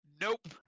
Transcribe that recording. Nope